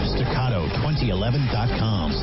Staccato2011.com